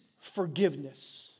forgiveness